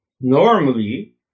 normally